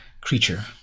creature